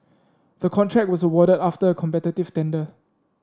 the contract was awarded after a competitive tender